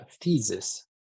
thesis